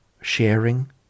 sharing